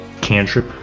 Cantrip